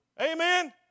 Amen